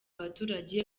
abaturage